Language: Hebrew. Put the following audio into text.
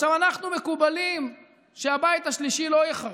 עכשיו, אנחנו מקבלים שהבית השלישי לא ייחרב.